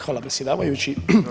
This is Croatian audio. Hvala predsjedavajući.